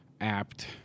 Apt